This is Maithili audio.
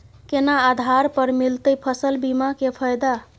केना आधार पर मिलतै फसल बीमा के फैदा?